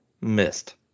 missed